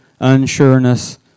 unsureness